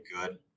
good